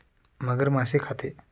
मगर मासे खाते